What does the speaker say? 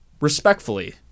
respectfully